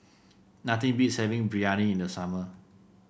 nothing beats having Biryani in the summer